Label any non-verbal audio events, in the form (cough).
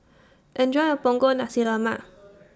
Enjoy your Punggol Nasi Lemak (noise)